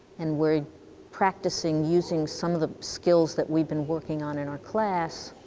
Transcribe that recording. and we're practicing using some of the skills that we've been working on in our class.